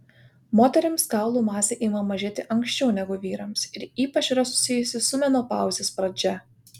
moterims kaulų masė ima mažėti anksčiau negu vyrams ir ypač yra susijusi su menopauzės pradžia